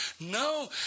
No